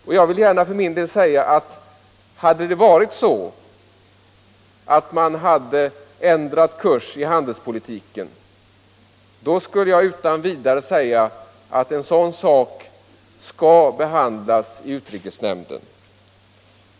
Om det verkligen hade varit så att man hade ändrat kurs i handelspolitiken, anser jag utan vidare att frågan skulle ha behandlats i utrikesnämnden.